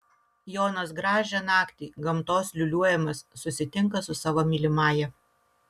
jonas gražią naktį gamtos liūliuojamas susitinka su savo mylimąja